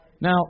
Now